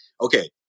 okay